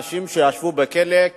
אנשים שישבו בכלא,